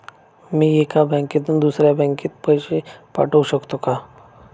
मी एका बँकेतून दुसऱ्या बँकेत पैसे पाठवू शकतो का?